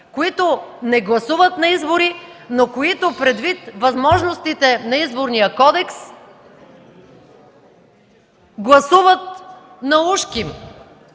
които не гласуват на избори, но които, предвид възможностите на Изборния кодекс, гласуват наужким,